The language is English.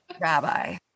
Rabbi